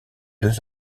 deux